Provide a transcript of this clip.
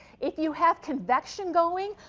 if you have convection going,